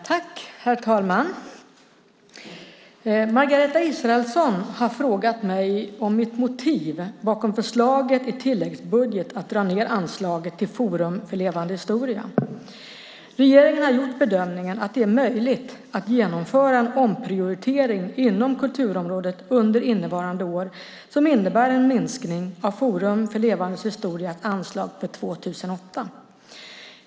Herr talman! Margareta Israelsson har frågat mig om mitt motiv bakom förslaget i tilläggsbudget att dra ned anslaget till Forum för levande historia. Regeringen har gjort bedömningen att det är möjligt att genomföra en omprioritering inom kulturområdet under innevarande år som innebär en minskning av Forum för levande historias anslag för 2008.